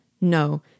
No